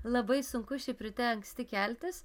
labai sunku šiaip ryte anksti keltis